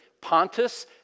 Pontus